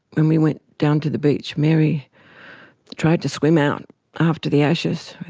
when we went down to the beach, mary tried to swim out after the ashes,